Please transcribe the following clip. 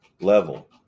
level